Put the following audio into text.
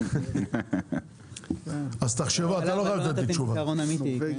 נציג האוצר בבקשה.